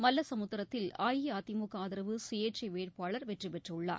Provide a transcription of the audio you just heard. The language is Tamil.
மல்லசமுத்திரத்தில் அஇஅதிமுக ஆதரவு சுயேச்சை வேட்பாளர் வெற்றி பெற்றுள்ளார்